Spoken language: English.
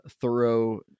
thorough